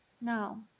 no